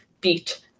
beat